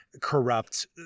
corrupt